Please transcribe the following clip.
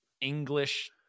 English